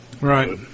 Right